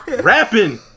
Rapping